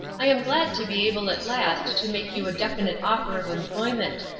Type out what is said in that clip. i am glad to be able at last to make you a definite offer of employment.